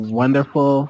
wonderful